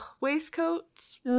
waistcoats